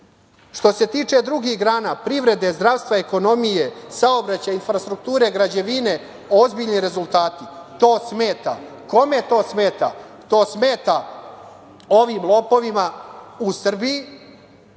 Što se tiče drugih grana, privrede, zdravstva, ekonomije, saobraćaja i infrastrukture, građevine, ozbiljni rezultati. To smeta. Kome to smeta? To smeta ovim lopovima u Srbiji,